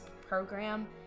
program